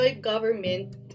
government